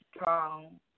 strong